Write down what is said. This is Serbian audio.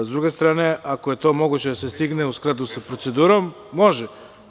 S druge strane, ako je to moguće da se stigne u skladu sa procedurom, može.